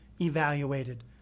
evaluated